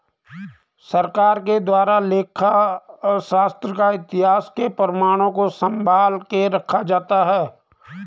सरकार के द्वारा लेखा शास्त्र का इतिहास के प्रमाणों को सम्भाल के रखा जाता है